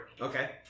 Okay